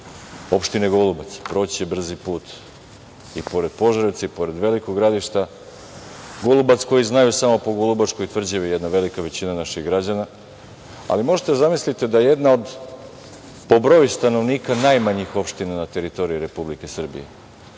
opštine Golubac. Proći će brzi put i pored Požarevca i pored Velikog Gradišta. Golubac koji znaju samo po Golubačkoj tvrđavi, jedna velika većina naših građana, ali možete da zamislite da jedna od, po broju stanovnika, najmanjih opština na teritoriji Republike Srbije,